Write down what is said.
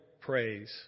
praise